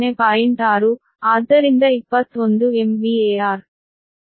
6 ಆದ್ದರಿಂದ 21 MVAR